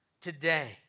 today